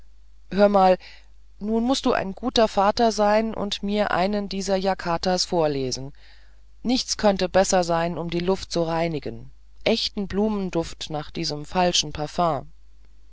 hör einmal nun mußt du ein guter vater sein und mir einen dieser jatakas vorlesen nichts könnte besser sein um die luft zu reinigen echten blumenduft nach diesem falschen parfüm